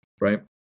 right